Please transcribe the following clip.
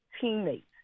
teammates